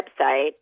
website